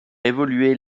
évoluer